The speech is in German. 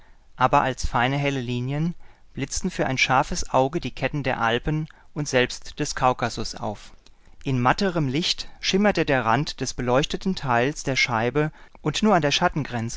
aber als feine helle linien blitzten für ein scharfes auge die ketten der alpen und selbst des kaukasus auf in matterem licht schimmerte der rand des beleuchteten teils der scheibe und nur an der